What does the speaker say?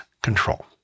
control